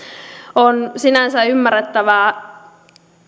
on sinänsä ymmärrettävää